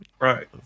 Right